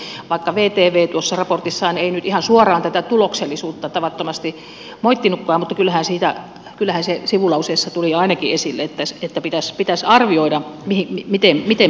vaikka vtv tuossa raportissaan ei nyt ihan suoraan tätä tuloksellisuutta tavattomasti moittinutkaan niin kyllähän se sivulauseessa tuli jo ainakin esille että pitäisi arvioida miten me toimimme